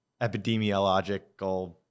epidemiological